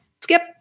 skip